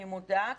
אני מודה,